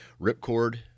Ripcord